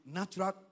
natural